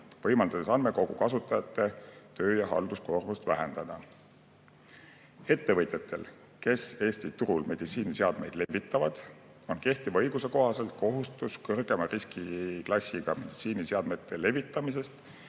võimaldades andmekogu kasutajate töö‑ ja halduskoormust vähendada. Ettevõtjatel, kes Eesti turul meditsiiniseadmeid levitavad, on kehtiva õiguse kohaselt kohustus kõrgema riskiklassiga meditsiiniseadmete levitamisest